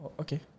Okay